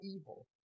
evil